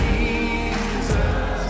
Jesus